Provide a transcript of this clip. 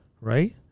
Right